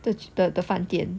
the the 饭店